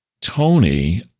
Tony